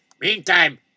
Meantime